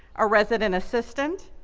a resident assistant,